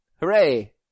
Hooray